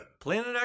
Planet